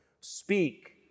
Speak